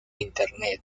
internet